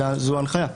זו ההנחיה.